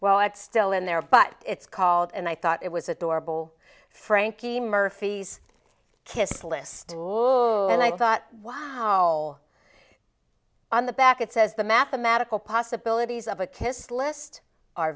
well it's still in there but it's called and i thought it was adorable frankie murphy's kiss list and i thought wow on the back it says the mathematical possibilities of a kiss list are